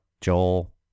Joel